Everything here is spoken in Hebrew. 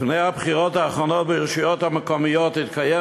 לפני הבחירות האחרונות ברשויות המקומיות התקיים